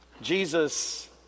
Jesus